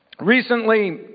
Recently